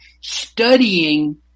studying